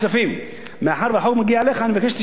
מאחר שהחוק מגיע אליך אני מבקש שתשמע את ההערה הזו שלי,